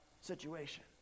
situation